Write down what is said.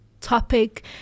topic